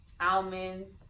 almonds